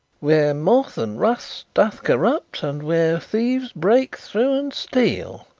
where moth and rust doth corrupt and where thieves break through and steal